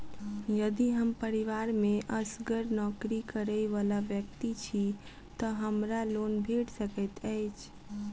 यदि हम परिवार मे असगर नौकरी करै वला व्यक्ति छी तऽ हमरा लोन भेट सकैत अछि?